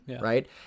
right